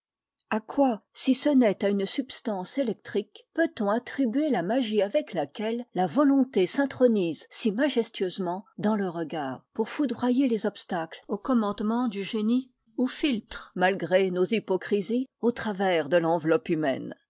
a quoi si ce n'est à une subtance électrique peut-on attribuer la magie avec laquelle la volonté s'intronise si majestueusement dans le regard pour foudroyer les obstacles aux commandements du génie ou filtre malgré nos hypocrisies au travers de l'enveloppe humaine